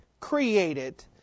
created